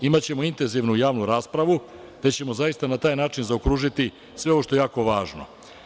Imaćemo intenzivnu javnu raspravu gde ćemo zaista na taj način zaokružiti sve ovo što je jako važno.